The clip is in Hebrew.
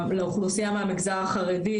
לאוכלוסייה מהמגזר החרדי,